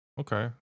Okay